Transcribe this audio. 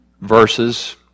verses